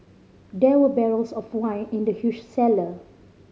there were barrels of wine in the huge cellar